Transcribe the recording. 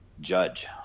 judge